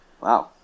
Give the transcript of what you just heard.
Wow